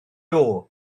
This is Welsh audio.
doe